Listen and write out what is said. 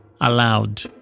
allowed